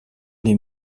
les